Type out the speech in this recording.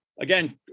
again